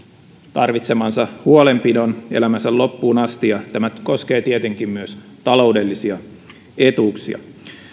tarvitsemansa huolenpidon elämänsä loppuun asti tämä koskee tietenkin myös taloudellisia etuuksia